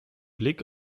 blick